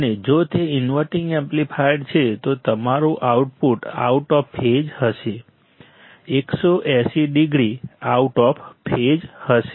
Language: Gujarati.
અને જો તે ઇન્વર્ટિંગ એમ્પ્લીફાયર છે તો તમારું આઉટપુટ આઉટ ઓફ ફેઝ હશે 180 ડિગ્રી આઉટ ઓફ ફેઝ હશે